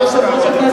יושב-ראש הכנסת,